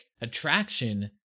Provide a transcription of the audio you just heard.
attraction